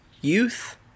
youth